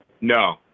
No